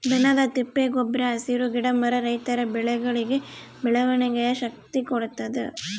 ದನದ ತಿಪ್ಪೆ ಗೊಬ್ರ ಹಸಿರು ಗಿಡ ಮರ ರೈತರ ಬೆಳೆಗಳಿಗೆ ಬೆಳವಣಿಗೆಯ ಶಕ್ತಿ ಕೊಡ್ತಾದ